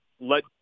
let